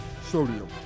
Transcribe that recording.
Sodium